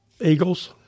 Eagles